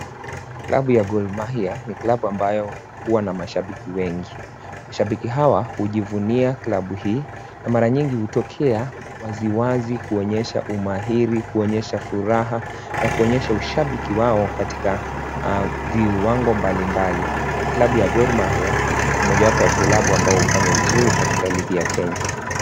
Klabu ya Gor mahia, ni klabu ambayo huwa na mashabiki wengi. Mashabiki hawa hujivunia klabu hii na mara nyingi hutokea wazi wazi, kuonyesha umahiri, kuonyesha furaha, na kuonyesha ushabiki wao katika viwango w mbali mbali. Klabu ya Gor mahia ni moja wapo ya klabu ambayo hufanya vizuri katika ligi ya Kenya.